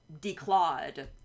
declawed